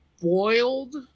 boiled